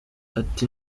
ati